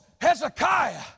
Hezekiah